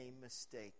mistake